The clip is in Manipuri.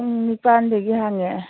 ꯄꯨꯡ ꯅꯤꯄꯥꯟꯗꯒꯤ ꯍꯥꯡꯉꯦ